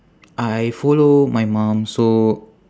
I follow my mum so